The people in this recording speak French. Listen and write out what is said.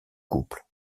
couple